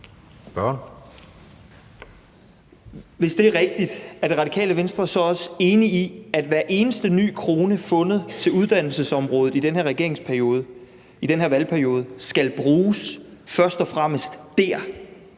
Hvis det er rigtigt, er Radikale Venstre så også enig i, at hver eneste ny krone fundet til uddannelsesområdet i den her regeringsperiode, i den her valgperiode, skal bruges først og fremmest dér